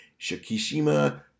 shikishima